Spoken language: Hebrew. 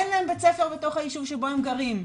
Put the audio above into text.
אין להם בית ספר בתוך היישוב שבו הם גרים.